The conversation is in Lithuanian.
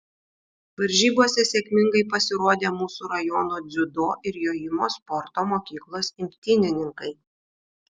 varžybose sėkmingai pasirodė mūsų rajono dziudo ir jojimo sporto mokyklos imtynininkai